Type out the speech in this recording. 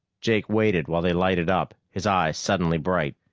jake waited while they lighted up, his eyes suddenly bright.